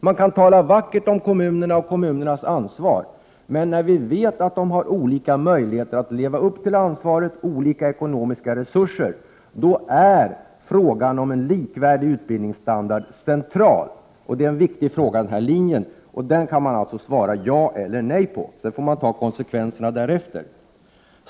Man kan tala vackert om kommunernas ansvar, men när vi vet att kommunerna har olika möjligheter att leva upp till det ansvaret och olika ekonomiska resurser, då är frågan om en likvärdig utbildningsstandard central. Det är en viktig fråga när det gäller linjen. Den kan man alltså svara ja eller nej på, och sedan får man ta konsekvenserna.